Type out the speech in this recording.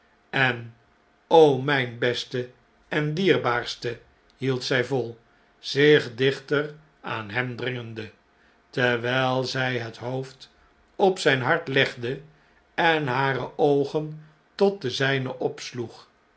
en o mijn beste en dierbaarste i hield zfl vol zich dichter aan hem dringende terwijl zij het hoofd op zijn hart legde en hareoogen tot de zjjnen opsioeg